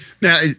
Now